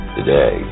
today